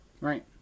Right